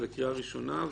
זה לקריאה ראשונה.